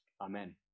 Amen